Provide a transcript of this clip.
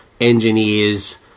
engineers